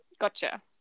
Gotcha